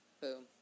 Boom